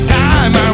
time